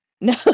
No